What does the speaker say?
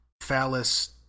phallus